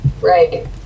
Right